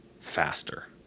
faster